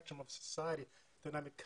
יבים שיהיו עוד קולות ציוניים שידברו ב-CNN ו-NBC